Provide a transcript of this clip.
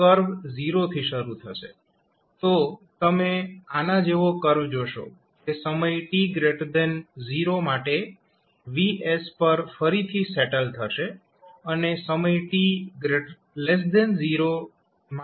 curve 0 થી શરૂ થશે તો તમે આના જેવો કર્વ જોશો જે સમય t 0 માટે વોલ્ટેજ Vs પર ફરીથી સેટલ થશે અને સમય t 0 માટે હોય ત્યારે તે 0 થશે